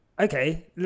Okay